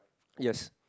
yes